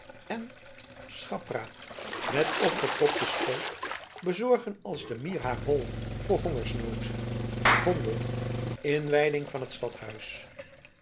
en schappra met opgepropten schoot bezorgen als de mier haer hol voor hongersnoot vondel inwyding van t stadhuis